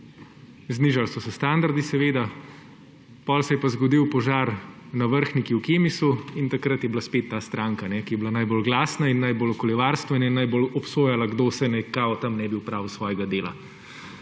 znižali so se standardi, seveda potem se je pa zgodil požar na Vrhniki v Kemisu in takrat je bila spet ta stranka, ki je bila najbolj glasna in najbolj okoljevarstvena in najbolj obsojala, kdo vse naj »kao« tam ne bi opravil svojega dela.